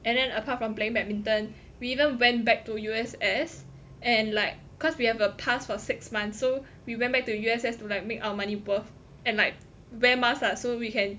and then apart from playing badminton we even went back to U_S_S and like cause we have a pass for six months so we went back to U_S_S to like make our money worth and like wear masks lah so we can